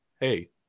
hey